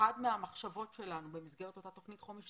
אחת המחשבות שלנו במסגרת אותה תוכנית חומש,